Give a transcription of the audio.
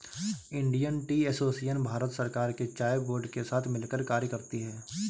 Indian tea association Bharat सरकार के चाय बोर्ड के साथ मिलकर कार्य करती है